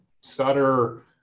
Sutter